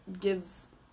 gives